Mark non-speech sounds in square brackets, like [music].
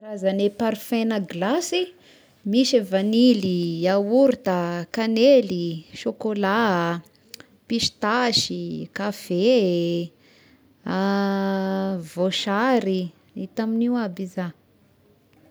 Karazagne parfaigna gilasy misy a vanily, yaorta, kanely, chocolat, [noise] pistasy, kafe eh, [hesitation] voasary hita amign'io aby izah.